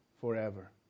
forever